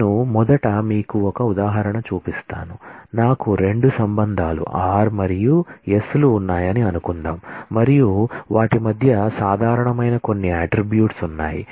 నేను మొదట మీకు ఒక ఉదాహరణ చూపిస్తాను నాకు రెండు రిలేషన్స్ r మరియు s లు ఉన్నాయని అనుకుందాం మరియు వాటి మధ్య సాధారణమైన కొన్ని అట్ట్రిబ్యూట్స్ ఉన్నాయి